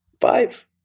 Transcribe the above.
five